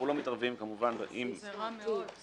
אנחנו לא מתערבים, כמובן, אם --- זה רע מאוד.